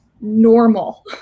normal